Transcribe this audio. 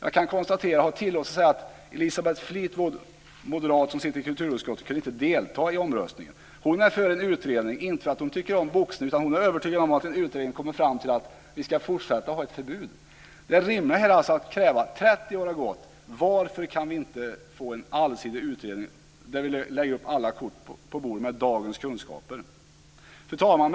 Jag har tillåtelse att säga att Elisabeth Fleetwood, en moderat som sitter i kulturutskottet och som inte kunde delta i omröstningen, är för en utredning. Det är hon inte för att hon tycker om boxning, utan hon är övertygad om att en utredning kommer fram till att vi ska fortsätta att ha ett förbud. 30 år har gått. Varför kan vi inte få en allsidig utredning med dagens kunskaper där vi lägger upp alla kort på bordet? Fru talman!